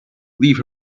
leave